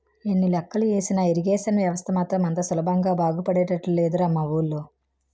ఎన్ని లెక్కలు ఏసినా ఇరిగేషన్ వ్యవస్థ మాత్రం అంత సులభంగా బాగుపడేటట్లు లేదురా మా వూళ్ళో